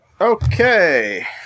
Okay